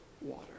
water